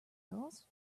gulls